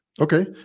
Okay